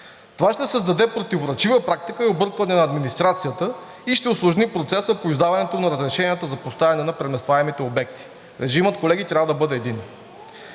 Това ще създаде противоречива практика и объркване на администрацията и ще усложни процеса по издаването на разрешенията за поставяне на преместваемите обекти. Режимът, колеги, трябва да бъде един.